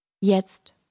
Jetzt